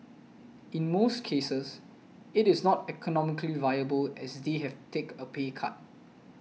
in most cases it is not economically viable as they have to take a pay cut